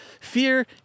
Fear